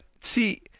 see